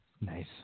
Nice